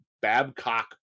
Babcock